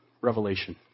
Revelation